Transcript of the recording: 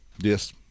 Yes